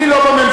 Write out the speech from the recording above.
אני לא בממשלה,